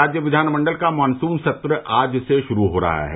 राज्य विधानमंडल का मानसून सत्र आज से शुरू हो रहा है